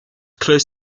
close